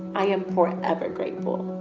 i am forever grateful.